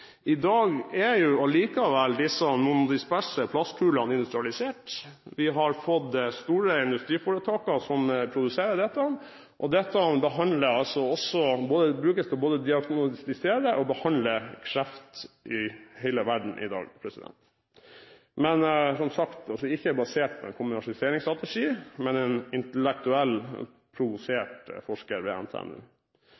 I dag er likevel disse monodisperse plastkulene industrialisert. Vi har fått store industriforetak som produserer dette, og det brukes både til å diagnostisere og behandle kreft i hele verden i dag. Men det er som sagt ikke basert på en kommersialiseringsstrategi, men det kommer fra en